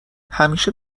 همیشه